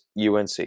unc